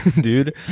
dude